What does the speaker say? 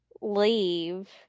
leave